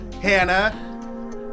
Hannah